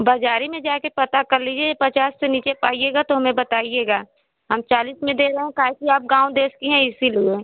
बाजारी में जा कर पता कर लीजिए पचास से नीचे पाइएगा तो हमें बताइएगा हम चालीस में दे रहे हैं काहे कि आप गाँव देस की हैं इसलिए